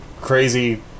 crazy